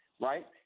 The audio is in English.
right